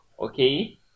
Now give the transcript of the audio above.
Okay